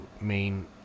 main